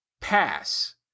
pass